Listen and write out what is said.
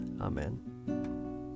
Amen